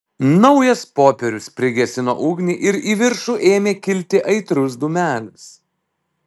naujas popierius prigesino ugnį ir į viršų ėmė kilti aitrus dūmelis